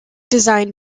design